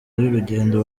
y’urugendo